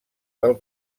del